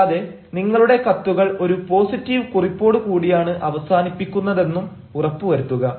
കൂടാതെ നിങ്ങളുടെ കത്തുകൾ ഒരു പോസിറ്റീവ് കുറിപ്പോട് കൂടിയാണ് അവസാനിപ്പിക്കുന്നതെന്നും ഉറപ്പുവരുത്തുക